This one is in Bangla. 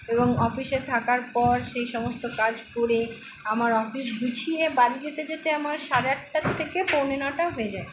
এবং অফিসে থাকার পর সেই সমস্ত কাজ করে আমার অফিস গুছিয়ে বাড়ি যেতে যেতে আমার সাড়ে আটটার থেকে পৌনে নটা হয়ে যায়